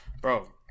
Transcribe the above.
Bro